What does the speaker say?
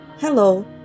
Hello